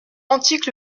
antique